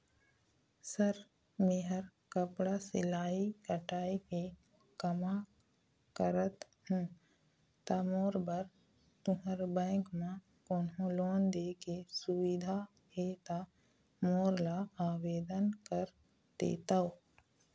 Sir मेहर कपड़ा सिलाई कटाई के कमा करत हों ता मोर बर तुंहर बैंक म कोन्हों लोन दे के सुविधा हे ता मोर ला आवेदन कर देतव?